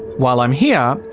while i'm here,